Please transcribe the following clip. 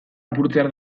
apurtzear